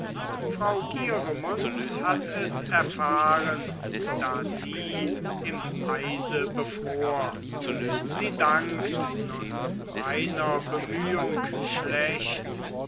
frau gieremund hat es erfahren da sie im eise befror sie dankt nun meiner bemühung schlecht